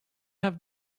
have